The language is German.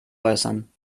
äußern